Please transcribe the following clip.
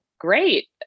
Great